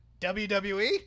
WWE